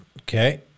Okay